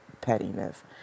pettiness